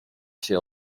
się